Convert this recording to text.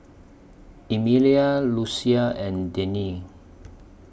Emilia Lucia and Denine